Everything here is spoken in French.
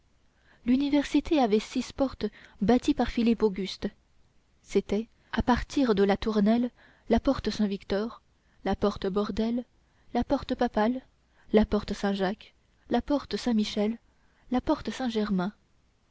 l'université avait six portes bâties par philippe auguste c'étaient à partir de la tournelle la porte saint-victor la porte bordelle la porte papale la porte saint-jacques la porte saint-michel la porte saint-germain